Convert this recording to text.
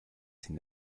sin